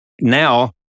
Now